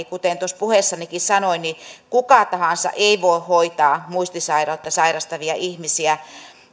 kuten tuossa puheessanikin sanoin kuka tahansa ei voi hoitaa muistisairautta sairastavia ihmisiä